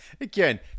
Again